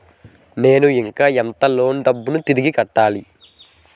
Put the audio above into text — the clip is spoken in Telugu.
నేను ఇంకా ఎంత లోన్ డబ్బును తిరిగి కట్టాలి?